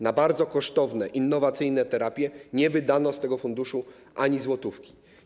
Na bardzo kosztowne, innowacyjne terapie nie wydano z tego funduszu ani złotówki.